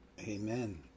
Amen